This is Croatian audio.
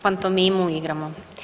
Pantomimu igramo.